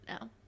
No